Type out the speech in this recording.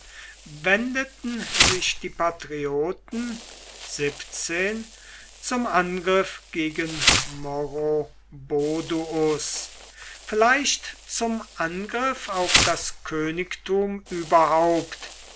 wendeten sich die patrioten zum angriff gegen maroboduus vielleicht zum angriff auf das königtum überhaupt